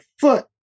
foot